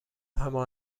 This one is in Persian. همان